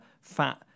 fat